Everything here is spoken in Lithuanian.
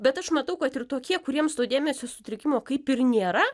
bet aš matau kad ir tokie kuriems to dėmesio sutrikimo kaip ir nėra